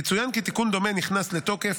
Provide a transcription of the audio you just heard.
יצוין כי תיקון דומה נכנס לתוקף